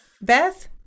Beth